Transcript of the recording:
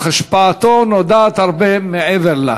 אך השפעתו נודעת הרבה מעבר לה.